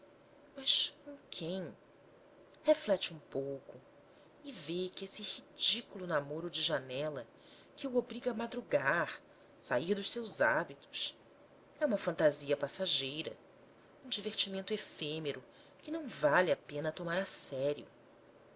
com quem reflete um pouco e vê que esse ridículo namoro de janela que o obriga a madrugar sair dos seus hábitos é uma fantasia passageira um divertimento efêmero que não vale a pena tomar a serio